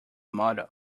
model